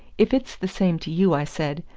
if it's the same to you, i said,